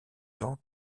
temps